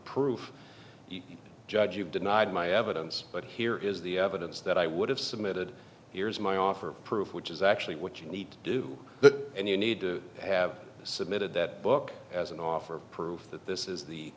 proof judge you've denied my evidence but here is the evidence that i would have submitted here's my offer proof which is actually what you need to do that and you need to have submitted that book as an offer proof that this is the